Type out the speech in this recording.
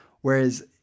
Whereas